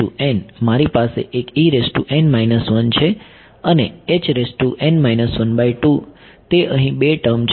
તેથી મારી પાસે એક છે અને તે અહીં 2 ટર્મ છે